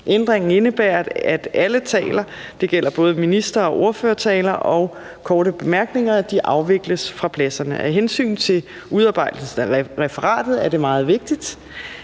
Ændringen indebærer, at alle taler, og det gælder både ministertaler, ordførertaler og korte bemærkninger, afvikles fra pladserne. Af hensyn til udarbejdelsen af referatet er det meget vigtigt,